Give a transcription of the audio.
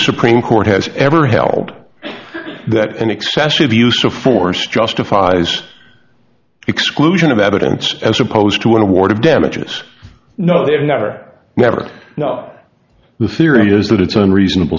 supreme court has ever held that an excessive use of force justifies exclusion of evidence as opposed to an award of damages no they've never never know the theory is that it's unreasonable